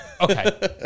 Okay